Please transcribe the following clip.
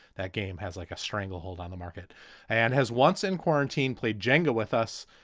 that game has like a stranglehold on the market and has, once in quarantine, played jenga with us.